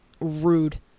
rude